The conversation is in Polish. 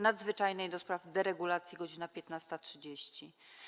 Nadzwyczajnej do spraw deregulacji - godz. 15.30.